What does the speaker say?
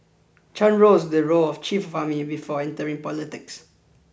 Chan rose to the role of Chief of Army before entering politics